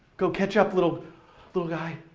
go, catch up little little guy!